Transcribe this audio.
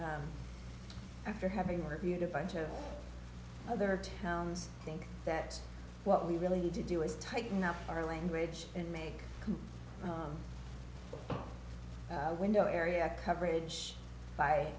s after having reviewed a bunch of other towns think that what we really need to do is tighten up our language and make window area coverage by